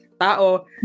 tao